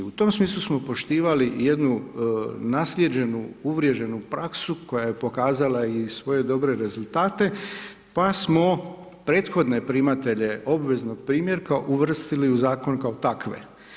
U tom smislu smo poštivali jednu naslijeđenu uvriježenu praksu koja je pokazala i svoje dobre rezultate, pa smo prethodne primatelje obveznog primjerka uvrstili u zakon kao takve.